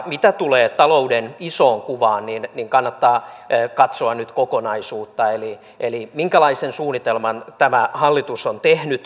mitä tulee talouden isoon kuvaan niin kannattaa katsoa nyt kokonaisuutta eli sitä minkälaisen suunnitelman tämä hallitus on tehnyt